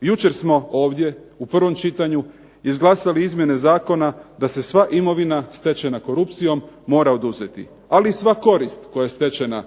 Jučer smo ovdje u prvom čitanju izglasali izmjene zakona da se sva imovina stečena korupcijom mora oduzeti. Ali i sva korist koja je stečena